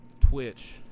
twitch